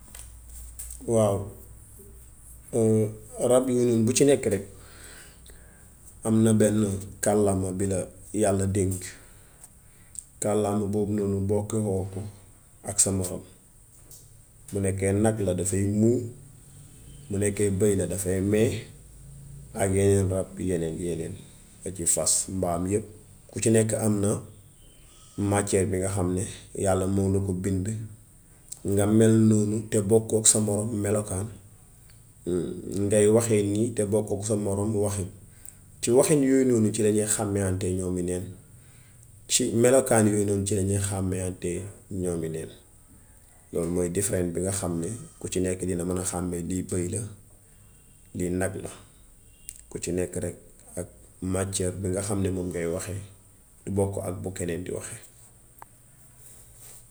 Waaw rab yooyu noonu, bu ci nekk, am na benn kàllaama bu la yàlla dénk. Kàllaama boobu bokkehoo ko ak sa moroom; bu nekkee nag la dafay móo, bu nekke bëy la dafay mbee ak yeneen rab yeneen yeneen aki fas mbaam yépp. Ku ci nekk am na màcceer bi nga xam ne yàlla moo la ko bind, nga mel noonu te bokkoo ak sa moroom melokaan ngay waxee nii te bokkoo sa moroom waxin. Ci waxin yooyu ci lañuy xàmmeehantee ñoomi neen. Ci melokaan yooyu ci lañuy xàmmeehantee ñoomi neen. Loolu mooy different bi nga xam ne, ku ci nekk dinga mën a xàmmee lii bëy la, lii nag la. Ku ci nekk rekk ak màcceer bi nga xam ne mooy ngay waxe du bokk ak bi keneen di waxe.